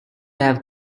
have